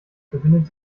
befindet